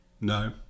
No